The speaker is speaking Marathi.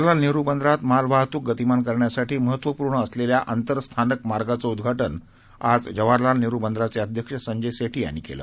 जवाहरलाल नेहरू बंदरात मालवाहतूक गतिमान करण्यासाठी महत्वपूर्ण असलेल्या आंतर स्थानक मार्गाचं उद्घाटन आज जवाहरलाल नेहरू बंदराचे अध्यक्ष संजय सेठी यांनी केलं